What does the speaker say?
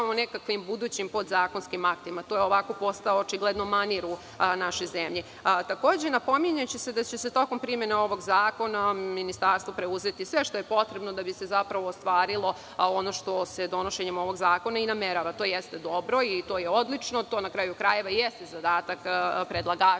nekakvim budućim podzakonskim aktima? To je postao očigledno manir u našoj zemlji. Takođe, napominje se da će tokom primene ovog zakona Ministarstvo preuzeti sve što je potrebno da bi se ostvarilo ono što se donošenjem ovog zakona i namerava. To jeste dobro. To je odlično i to na kraju krajeva i jeste zadatak predlagača,